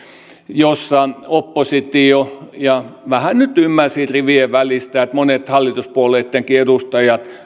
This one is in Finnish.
jossa oppositio ja vähän nyt ymmärsin rivien välistä monet hallituspuolueittenkin edustajat